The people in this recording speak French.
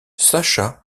sascha